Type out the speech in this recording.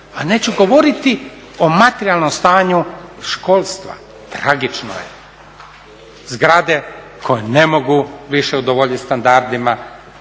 a neću govoriti o materijalnom stanju školstva. Tragično je, zgrade koje ne mogu više udovoljiti standardima,